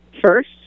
first